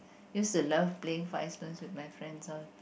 used to love playing five stones with my friends all